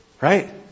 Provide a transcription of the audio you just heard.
Right